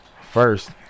First